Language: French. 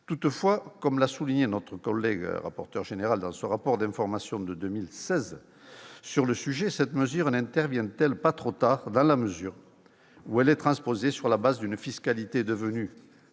Toutefois, comme l'a souligné notre collègue rapporteur général dans son rapport d'information de 2016 sur le sujet, cette mesure n'intervient-elle pas trop tard, dans la mesure où elle s'effectuera sur la base d'une fiscalité devenue